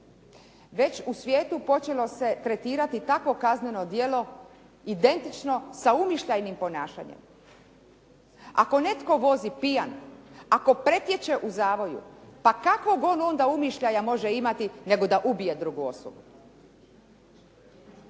Već u svijetu počelo se tretirati takvo kazneno djelo identično sa umišljajnim ponašanjem. Ako netko vozi pijan, ako pretječe u zavoju, pa kakvog on onda umišljaja može imati nego da ubije drugu osobu.